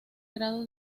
grado